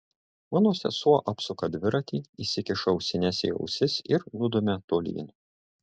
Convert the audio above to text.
mano sesuo apsuka dviratį įsikiša ausines į ausis ir nudumia tolyn